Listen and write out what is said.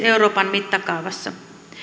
euroopan mittakaavassa